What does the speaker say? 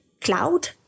cloud